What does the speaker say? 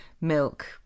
milk